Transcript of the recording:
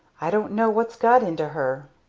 i don't know what's got into her!